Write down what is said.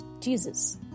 Jesus